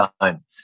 time